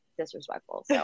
Disrespectful